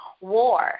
war